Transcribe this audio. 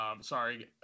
Sorry